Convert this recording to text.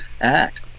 act